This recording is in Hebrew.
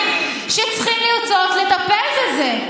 שצריכים לרצות לטפל בזה.